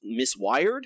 miswired